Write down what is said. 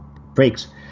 breaks